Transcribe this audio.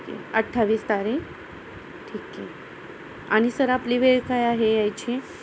ठिक आहे अठ्ठावीस तारीख ठीक आहे आणि सर आपली वेळ काय आहे यायची